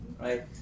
right